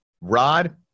Rod